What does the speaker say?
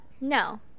No